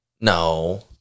No